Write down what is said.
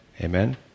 Amen